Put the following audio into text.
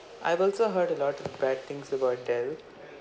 I've also heard a lot bad things about Dell